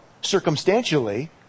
circumstantially